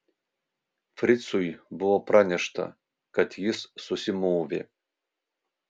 fricui buvo pranešta kad jis susimovė